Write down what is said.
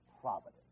providence